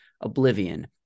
Oblivion